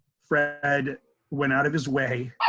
fred went out of his way